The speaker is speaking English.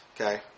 Okay